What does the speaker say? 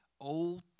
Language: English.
Old